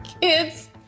kids